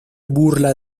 burla